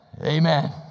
amen